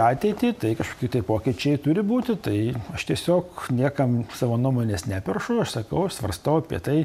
ateitį tai kažkoki tai pokyčiai turi būti tai aš tiesiog niekam savo nuomonės neperšu aš sakau aš svarstau apie tai